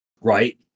right